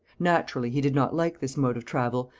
naturally he did not like this mode of travel,